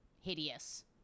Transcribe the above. hideous